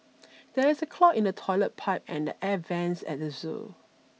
there is a clog in the toilet pipe and the air vents at the zoo